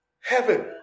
Heaven